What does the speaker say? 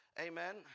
Amen